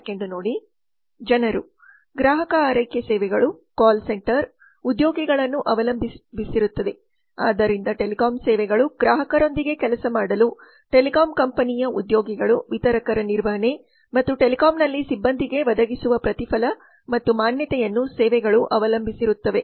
ಜನರು ಗ್ರಾಹಕ ಆರೈಕೆ ಸೇವೆಗಳು ಕಾಲ್ ಸೆಂಟರ್call centers ಉದ್ಯೋಗಿಗಳನ್ನು ಅವಲಂಬಿಸಿರುತ್ತದೆ ಆದ್ದರಿಂದ ಟೆಲಿಕಾಂ ಸೇವೆಗಳು ಗ್ರಾಹಕರೊಂದಿಗೆ ಕೆಲಸ ಮಾಡಲು ಟೆಲಿಕಾಂ ಕಂಪನಿಯ ಉದ್ಯೋಗಿಗಳು ವಿತರಕರ ನಿರ್ವಹಣೆ ಮತ್ತು ಟೆಲಿಕಾಂನಲ್ಲಿ ಸಿಬ್ಬಂದಿಗೆ ಒದಗಿಸುವ ಪ್ರತಿಫಲ ಮತ್ತು ಮಾನ್ಯತೆಯನ್ನು ಸೇವೆಗಳು ಅವಲಂಬಿಸಿರುತ್ತದೆ